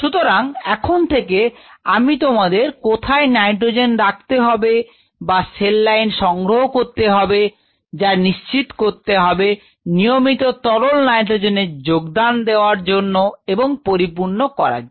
সুতরাং এখন থেকে আমি তোমাদের কোথায় নাইট্রোজেন রাখতে হবে বা সেল লাইন সংগ্রহ করতে হবে যা নিশ্চিত করবে নিয়মিত তরল নাইট্রোজেন এর যোগদান দেওয়ার জন্য এবং পরিপূর্ণ করার জন্য